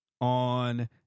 on